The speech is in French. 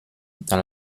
dans